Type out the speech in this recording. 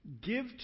give